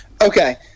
Okay